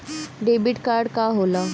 Debit card का होला?